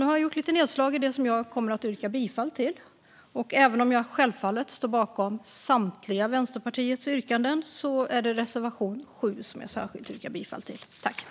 Nu har jag gjort lite nedslag i det som jag kommer att yrka bifall till. Även om jag självfallet står bakom Vänsterpartiets samtliga yrkanden yrkar jag bifall till reservation 7.